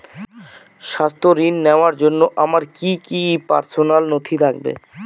স্বাস্থ্য ঋণ নেওয়ার জন্য আমার কি কি পার্সোনাল নথি লাগবে?